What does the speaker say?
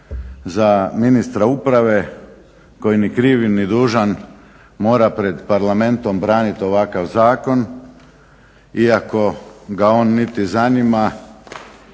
za ministra uprave koji ni kriv ni dužan mora pred Parlamentom braniti ovakav zakon iako ga on niti zanima